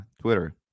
Twitter